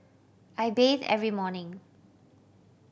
I bathe every morning